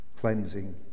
cleansing